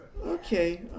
Okay